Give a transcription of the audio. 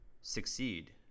succeed